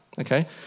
okay